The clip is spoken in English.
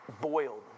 boiled